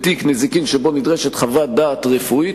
בתיק נזיקין שבו נדרשת חוות דעת רפואית